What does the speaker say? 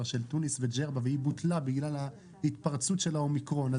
לגבי טוניס וג'רבה בוטלה בגלל התפרצות ה-אומיקרון,